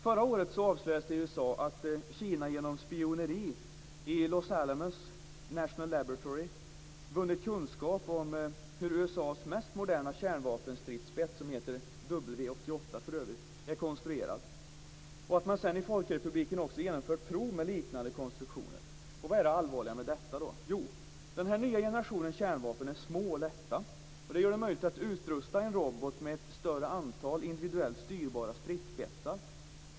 Förra året avslöjades det i USA att Kina genom spioneri i Los Alamos National Laboratory vunnit kunskap om hur USA:s mest moderna kärnvapenstridsspets, som för övrigt heter W-88, är konstruerad och att Folkrepubliken sedan också genomfört prov med liknande konstruktioner. Vad är då det allvarliga med detta? Jo, den här nya generationen kärnvapen är små och lätta, och det gör det möjligt att utrusta en robot med ett större antal individuellt styrbara stridsspetsar.